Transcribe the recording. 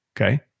okay